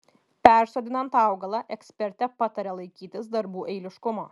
persodinant augalą ekspertė pataria laikytis darbų eiliškumo